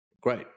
Great